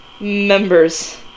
members